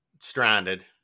stranded